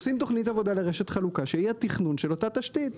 עושים תוכנית עבודה לרשת חלוקה שהיא התכנון של אותה תשתית.